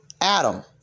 Adam